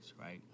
right